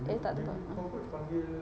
dia tak terbang